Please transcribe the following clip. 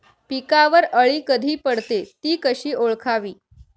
पिकावर अळी कधी पडते, ति कशी ओळखावी?